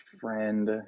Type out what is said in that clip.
friend